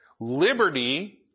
Liberty